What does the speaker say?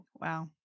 Wow